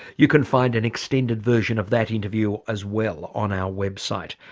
you can find an extended version of that interview as well on our website.